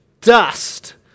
dust